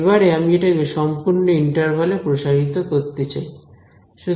এবারে আমি এটাকে সম্পূর্ণ ইন্টারভাল এ প্রসারিত করতে চাই